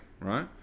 right